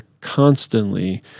constantly